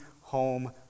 home